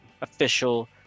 official